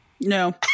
No